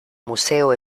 museo